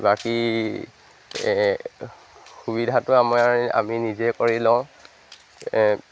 বাকী সুবিধাটো আমাৰ আমি নিজে কৰি লওঁ